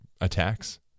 attacks